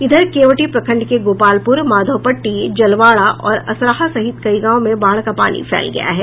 इधर केवटी प्रखंड के गोपालपुर माधवपट्टी जलवाड़ा और असराहा सहित कई गांवों में बाढ़ का पानी फैल गया है